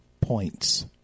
points